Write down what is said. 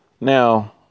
Now